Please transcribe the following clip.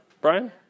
Brian